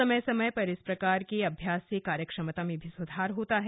समय समय पर इस प्रकार के अभ्यास से कार्यक्षमता में भी सुधार होता है